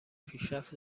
پیشرفت